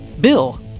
Bill